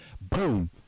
Boom